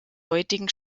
heutigen